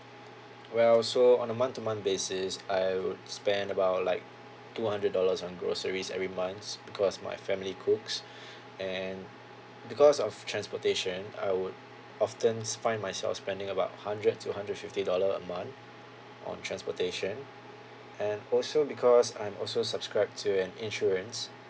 well so on a month to month basis I would spend about like two hundred dollars on groceries every months because my family cooks and because of transportation I would oftens find myself spending about hundred to hundred fifty dollar a month on transportation and also because I'm also subscribed to an insurance